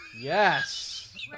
Yes